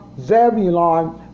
Zebulon